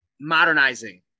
modernizing